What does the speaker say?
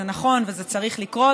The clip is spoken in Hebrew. זה נכון וזה צריך לקרות,